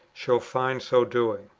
shall find so doing.